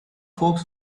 folks